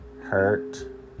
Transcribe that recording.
hurt